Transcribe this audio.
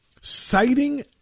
citing